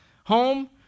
home